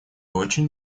очень